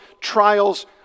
trials